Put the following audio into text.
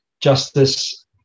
justice